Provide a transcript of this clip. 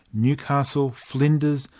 newcastle, flinders,